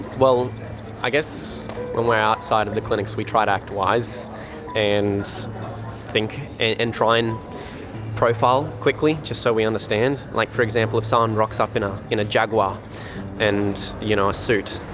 well i guess when we're outside of the clinics we try to act wise and think and and try and profile quickly just so we understand. like for example if someone rocks up in a in a jaguar and you know, a suit,